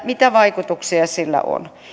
mitä vaikutuksia sillä on